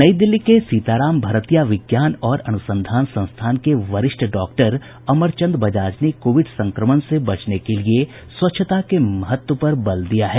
नई दिल्ली के सीताराम भरतीया विज्ञान और अनुसंधान संस्थान के वरिष्ठ डॉक्टर अमर चंद बजाज ने कोविड संक्रमण से बचने के लिए स्वच्छता के महत्व पर जोर दिया है